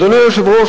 אדוני היושב-ראש,